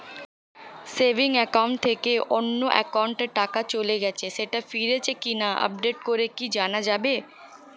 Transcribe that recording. Savings account থেকে অন্য একাউন্টে টাকা চলে গেছে সেটা ফিরেছে কিনা আপডেট করে কি জানা যাবে?